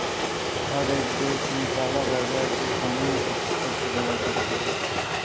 हर एक देश में काला बाजार को कानून से छुपकर चलाया जाता है